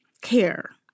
care